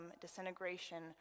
disintegration